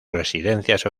residencias